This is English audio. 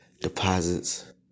Deposits